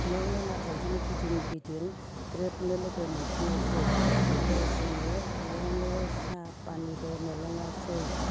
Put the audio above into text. बेयावनो नाथाय बिदिनो गिदिं गिदिं ग्रोबनो लोगो मोनफिननायसै आरो जोङो बेयावनो साहा फानिबो मोनलोङासै